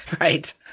Right